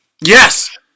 Yes